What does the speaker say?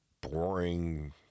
boring